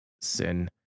sin